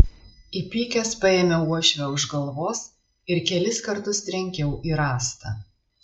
įpykęs paėmiau uošvę už galvos ir kelis kartus trenkiau į rąstą